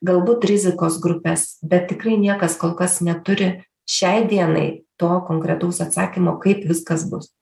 galbūt rizikos grupes bet tikrai niekas kol kas neturi šiai dienai to konkretaus atsakymo kaip viskas bus